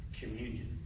communion